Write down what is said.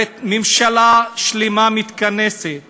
הרי ממשלה שלמה מתכנסת